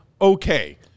okay